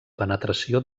penetració